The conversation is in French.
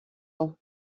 ans